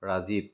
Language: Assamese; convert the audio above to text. ৰাজীৱ